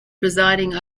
presiding